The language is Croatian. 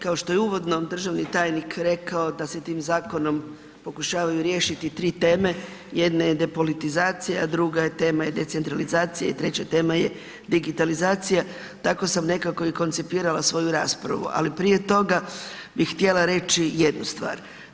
Kao što je uvodno državni tajnik rekao da se tim zakonom pokušavaju riješiti tri teme, jedna je depolitizacija a druga tema je decentralizacija i treća tema je digitalizacija, tako sam nekako i koncipirala svoju raspravu ali prije tog bi htjela reći jednu stvar.